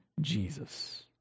Jesus